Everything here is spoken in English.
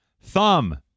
thumb